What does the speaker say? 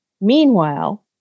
Meanwhile